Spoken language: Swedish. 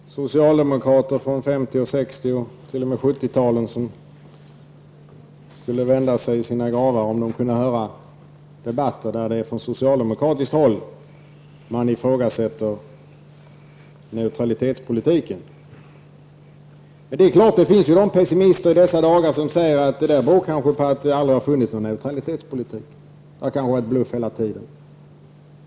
Herr talman! Det är nog många gamla socialdemokrater från 1950-, 1960 och t.o.m. 1970 talen som skulle vända sig i sina gravar om de kunde höra debatter där socialdemokrater ifrågasätter neutralitetspolitiken. Det är klart att det i dessa dagar finns pessimister som säger att det beror på att det aldrig har förts någon neutralitetspolitik i detta land. Det har kanske varit bluff hela tiden!